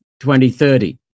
2030